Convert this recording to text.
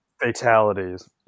fatalities